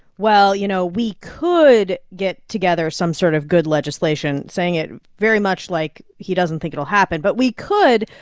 well, you know, we could get together some sort of good legislation, saying it very much like he doesn't think it'll happen. but we could.